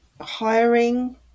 hiring